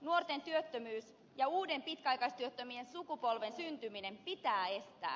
nuorten työttömyys ja uuden pitkäaikaistyöttömien sukupolven syntyminen pitää estää